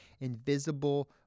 invisible